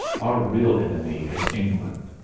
our real enemy is england.